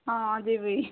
ହଁ ଯିବି